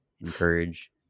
encourage